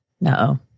No